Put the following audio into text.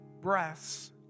breaths